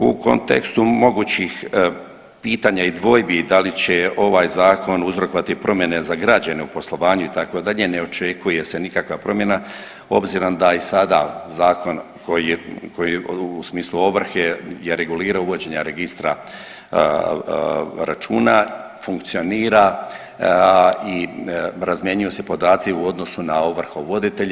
U kontekstu mogućih pitanja i dvojbi da li će ovaj zakon uzrokovati promjene za građane u poslovanju itd. ne očekuje se nikakva promjena, obzirom da i sada zakon koji je u smislu ovrhe je regulirao uvođenje registra računa funkcionira i razmjenjuju se podaci u odnosu na ovrhovoditelje.